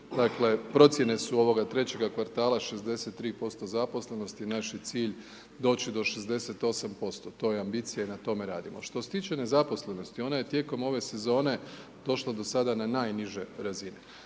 dakle, procjene su ovoga trećega kvartala 63% zaposlenosti, naš je cilj doći do 68%, to je ambicija i na tome radimo. Što se tiče nezaposlenosti, ona je tijekom ove sezone došla do sada na najniže razine.